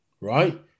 right